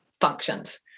functions